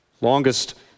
longest